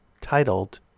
titled